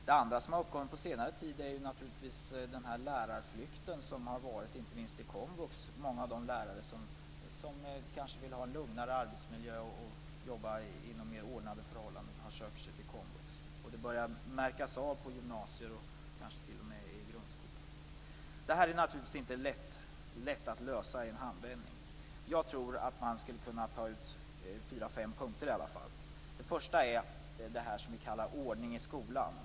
Det andra som har uppkommit på senare tid är naturligtvis den lärarflykt som har skett, inte minst till komvux. Många av de lärare som kanske vill ha en lugnare arbetsmiljö och jobba inom mer ordnade förhållanden söker sig till komvux. Det börjar märkas av på gymnasier och kanske t.o.m. i grundskolan. Det här är naturligtvis inte lätt att lösa i en handvändning. Jag tror att man skulle kunna ta ut fyra fem punkter i alla fall. Det första är det som vi kallar ordning i skolan.